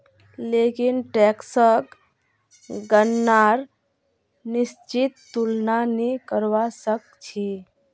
लेकिन टैक्सक गणनार निश्चित तुलना नी करवा सक छी